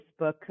Facebook